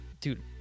Dude